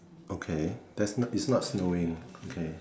okay definite is not snowing okay